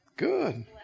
Good